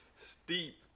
steep